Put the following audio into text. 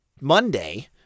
Monday –